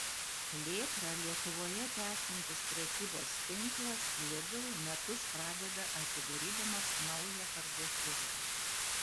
plėtrą lietuvoje tęsiantis prekybos tinklas lidl metus pradeda atidarydamas naują parduotuvę